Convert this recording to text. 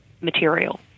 material